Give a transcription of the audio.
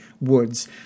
woods